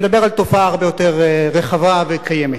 אני מדבר על תופעה הרבה יותר רחבה וקיימת.